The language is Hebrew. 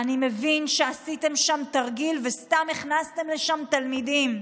אני מבין שעשיתם שם תרגיל וסתם הכנסתם לשם תלמידים.